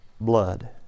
blood